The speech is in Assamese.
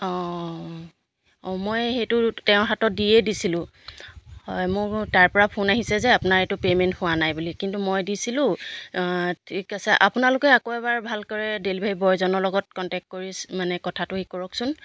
অঁ অঁ মই সেইটো তেওঁৰ হাতত দিয়ে দিছিলোঁ হয় মোৰ তাৰপৰা ফোন আহিছে যে আপোনাৰ এইটো পে'মেণ্ট হোৱা নাই বুলি কিন্তু মই দিছিলোঁ ঠিক আছে আপোনালোকে আকৌ এবাৰ ভালকৰি ডেলিভাৰী বয়জনৰ লগত কণ্টেক্ট কৰি মানে কথাটো এই কৰকচোন